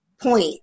point